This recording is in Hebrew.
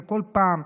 וכל פעם,